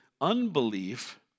unbelief